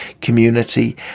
community